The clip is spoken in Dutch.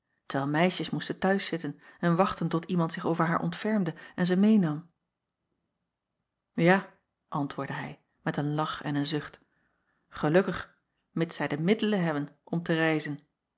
terwijl meisjes moesten t huiszitten en wachten tot iemand zich over haar ontfermde en ze meênam a antwoordde hij met een lach en een zucht gelukkig mids zij de middelen hebben om te reizen